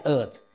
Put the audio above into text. Earth